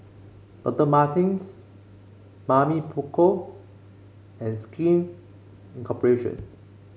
Doctor Martens Mamy Poko and Skin Cooperation